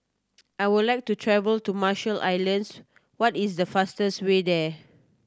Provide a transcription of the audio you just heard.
I would like to travel to Marshall Islands what is the fastest way there